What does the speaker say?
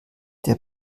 der